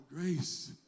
grace